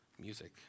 music